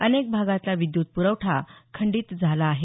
अनेक भागातला विद्युत पुरवठा खंडित झाला आहे